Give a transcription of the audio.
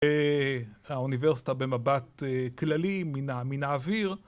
האוניברסיטה במבט כללי, מן האוויר